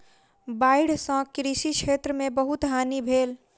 बाइढ़ सॅ कृषि क्षेत्र में बहुत हानि भेल